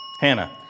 Hannah